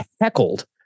heckled